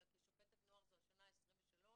אלא כשופטת נוער זו השנה ה-23,